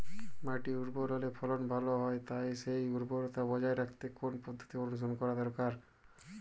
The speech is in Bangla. মাটি উর্বর হলে ফলন ভালো হয় তাই সেই উর্বরতা বজায় রাখতে কোন পদ্ধতি অনুসরণ করা যায়?